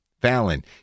Fallon